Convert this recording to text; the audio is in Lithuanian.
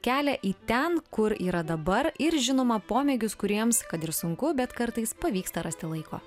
kelią į ten kur yra dabar ir žinoma pomėgius kuriems kad ir sunku bet kartais pavyksta rasti laiko